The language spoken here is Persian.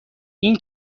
این